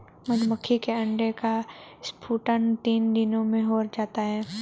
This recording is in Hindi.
मधुमक्खी के अंडे का स्फुटन तीन दिनों में हो जाता है